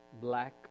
black